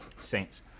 Saints